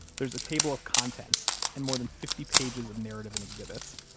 there's a table of contents and more than fifty pages of narrative and exhibits.